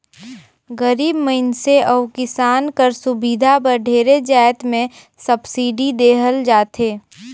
गरीब मइनसे अउ किसान कर सुबिधा बर ढेरे जाएत में सब्सिडी देहल जाथे